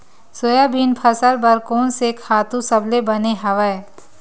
Soybean फसल बर कोन से खातु सबले बने हवय?